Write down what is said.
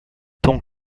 tant